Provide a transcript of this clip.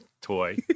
toy